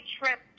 trip